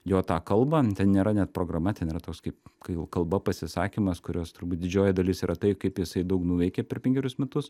jo tą kalbą nu ten nėra net programa ten yra toks kaip kai jau kalba pasisakymas kurios turbūt didžioji dalis yra tai kaip jisai daug nuveikė per penkerius metus